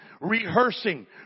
rehearsing